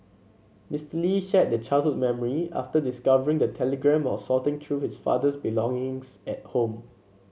Mister Lee shared the childhood memory after discovering the telegram while sorting through his father's belongings at home